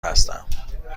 هستم